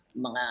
mga